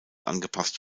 angepasst